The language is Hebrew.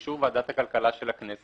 באישור ועדת הכלכלה של הכנסת,